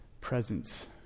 presence